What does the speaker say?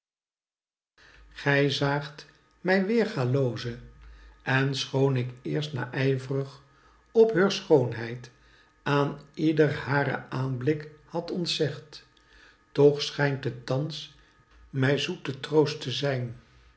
gij zaagt mijn weergaelooze en schoon ik eerst naijvrig op heur schoonheid aan ieder haren aanblik had ontzegd toch schijnt het thands mij zoete troost te zijn